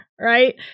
right